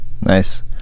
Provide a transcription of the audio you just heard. Nice